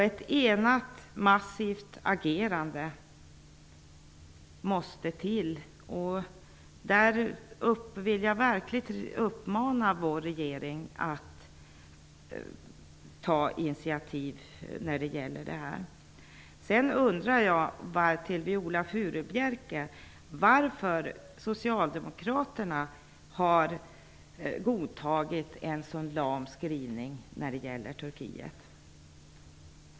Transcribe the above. Ett enat massivt agerande måste till. Jag vill verkligen uppmana vår regering att ta initiativ till detta. Jag vill rikta en undran till Viola Furubjelke varför socialdemokraterna har godtagit en så lam skrivning när det gäller Turkiet.